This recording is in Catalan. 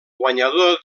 guanyador